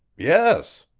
yes.